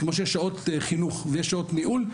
כמו שיש שעות חינוך ויש שעות ניהול,